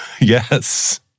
Yes